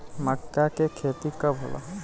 मक्का के खेती कब होला?